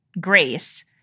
grace